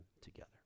together